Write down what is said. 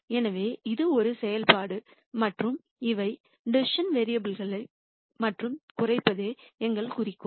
எனவே இது ஒரு செயல்பாடு மற்றும் இவை டிசிசன் வேரியபுல் கள் மற்றும் குறைப்பதே எங்கள் குறிக்கோள்